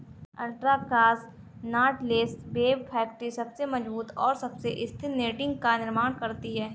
ultra cross knotless web factory सबसे मजबूत और सबसे स्थिर नेटिंग का निर्माण करती है